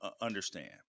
understand